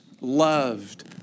loved